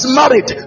married